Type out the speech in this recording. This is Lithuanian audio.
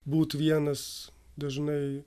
būt vienas dažnai